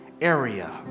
area